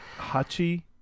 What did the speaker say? Hachi